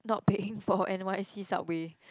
not paying for N_Y_C subway